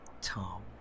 Tom